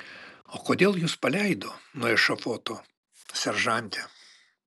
o kodėl jus paleido nuo ešafoto seržante